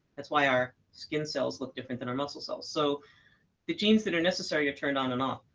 that's why our skin cells look different than our muscle cells. so the genes that are necessary are turned on and off.